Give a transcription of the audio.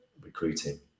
recruiting